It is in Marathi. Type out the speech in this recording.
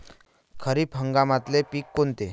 खरीप हंगामातले पिकं कोनते?